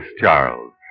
Charles